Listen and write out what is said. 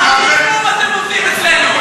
אתם עובדים אצלנו.